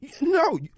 No